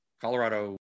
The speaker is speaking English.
Colorado